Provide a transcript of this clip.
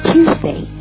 Tuesday